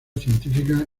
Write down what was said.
científica